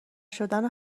شدن